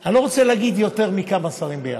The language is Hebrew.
אני לא רוצה להגיד: יותר מכמה שרים ביחד.